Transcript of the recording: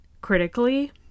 critically